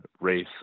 race